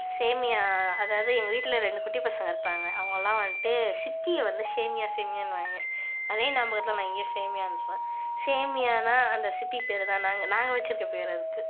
சேமியா அதாவது எங்கள் வீட்டில் ரெண்டு குட்டி பசங்க இருப்பாங்க அவங்களாம் வந்துட்டு சிப்பியை வந்து சேமியா சேமியான்வாங்க அதே ஞாபகத்தில் நான் இங்கேயும் சேமியான்றேன் சேமியானால் அந்த சிப்பி பேர் தான் நாங்கள் நாங்கள் வச்சுருக்க பேர் அதுக்கு